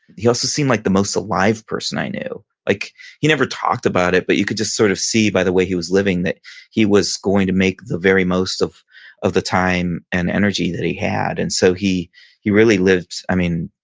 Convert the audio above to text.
he also seemed like the most alive person i knew like never talked about it but you could just sort of see by the way he was living that he was going to make the very most of of the time and energy that he had. and so he he really lived, i mean,